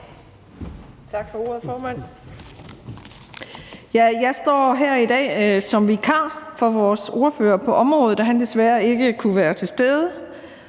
Tak for ordet, formand. Jeg står her i dag som vikar for vores ordfører på området, da han desværre ikke kunne være til stede.